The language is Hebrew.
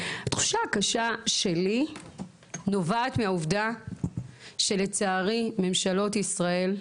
תחושה קשה שלי נובעת מהעובדה שלצערי ממשלות ישראל,